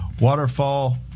Waterfall